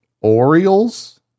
Orioles